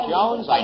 Jones